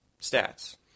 stats